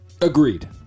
Agreed